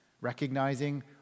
recognizing